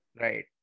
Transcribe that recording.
Right